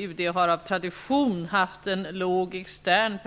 UD har av tradition haft en låg extern